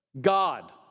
God